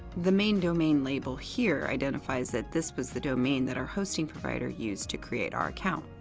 the main domain label here identifies that this was the domain that our hosting provider used to create our account.